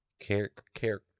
character